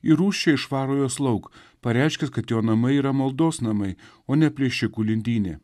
ir rūsčiai išvaro juos lauk pareiškęs kad jo namai yra maldos namai o ne plėšikų lindynė